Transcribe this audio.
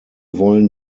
wollen